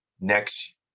next